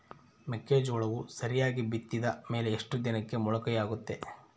ಮೆಕ್ಕೆಜೋಳವು ಸರಿಯಾಗಿ ಬಿತ್ತಿದ ಮೇಲೆ ಎಷ್ಟು ದಿನಕ್ಕೆ ಮೊಳಕೆಯಾಗುತ್ತೆ?